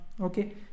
Okay